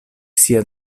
sia